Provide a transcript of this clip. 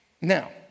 Now